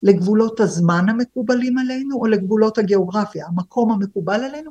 לגבולות הזמן המקובלים עלינו או לגבולות הגיאוגרפיה, המקום המקובל עלינו?